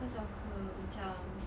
cause of her macam